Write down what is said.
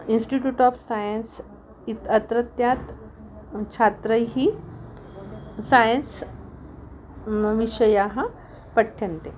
institute of science इति अत्रत्याः छात्रैः सैन्स् विषयाः पठ्यन्ते